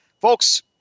Folks